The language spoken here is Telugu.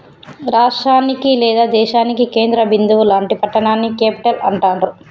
రాష్టానికి లేదా దేశానికి కేంద్ర బిందువు లాంటి పట్టణాన్ని క్యేపిటల్ అంటాండ్రు